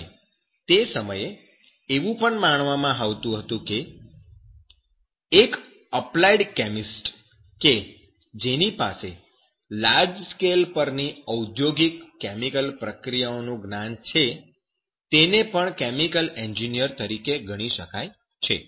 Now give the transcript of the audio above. અને તે સમયે એવું પણ કહેવામાં આવતું હતું કે એક એપ્લાઈડ કેમિસ્ટ કે જેની પાસે લાર્જ સ્કેલ પરની ઔધોગિક કેમિકલ પ્રક્રિયાઓ નું જ્ઞાન છે તેને પણ કેમિકલ એન્જિનિયર તરીકે ગણી શકાય છે